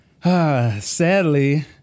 sadly